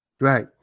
Right